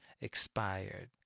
expired